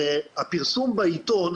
הרי הפרסום העיתון,